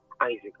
isaac